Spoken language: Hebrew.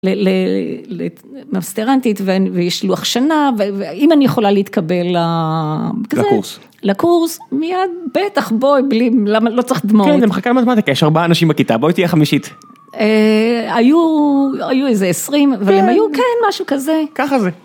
למסטרנטית ויש לוח שנה ואם אני יכולה להתקבל לקורס מייד בטח בואי בלי למה לא צריך דמעות. ואחרי כמה זמן. יש ארבעה אנשים בכיתה. בואי תהיי החמישית. היו איזה 20. אבל הם היו כן משהו כזה. ככה זה